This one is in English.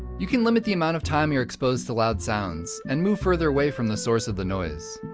you can limit the amount of time you're exposed to loud sounds and move further away from the source of the noise.